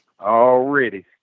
Already